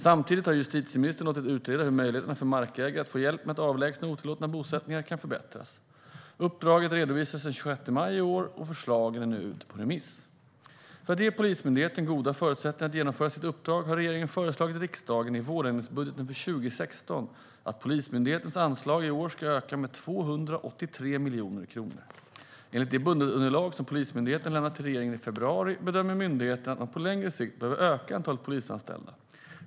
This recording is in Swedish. Samtidigt har justitieministern låtit utreda hur möjligheterna för markägare att få hjälp med att avlägsna otillåtna bosättningar kan förbättras. Uppdraget redovisades den 26 maj i år, och förslagen är nu ute på remiss. För att ge Polismyndigheten goda förutsättningar att genomföra sitt uppdrag har regeringen föreslagit riksdagen i vårändringsbudgeten för 2016 att Polismyndighetens anslag i år ska öka med 283 miljoner kronor. Enligt det budgetunderlag som Polismyndigheten lämnade till regeringen i februari bedömer myndigheten att man på längre sikt behöver öka antalet polisanställda.